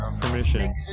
permission